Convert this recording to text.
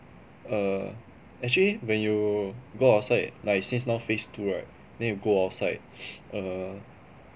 err actually when you go outside like since now phase two right then you go outside err